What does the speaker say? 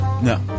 No